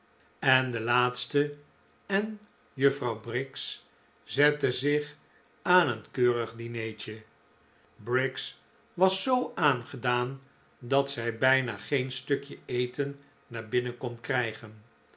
en de laatste en juffrouw briggs zetten zich aan een keurig dinertje briggs was zoo aangedaan dat zij bijna geen stukje eten naar binnen kon krijgen